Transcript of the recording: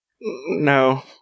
No